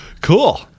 cool